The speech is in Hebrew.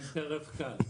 הם טרף קל.